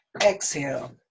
exhale